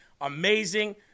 Amazing